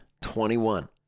Twenty-one